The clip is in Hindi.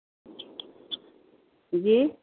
जी